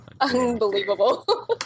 unbelievable